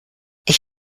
ich